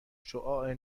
شعاع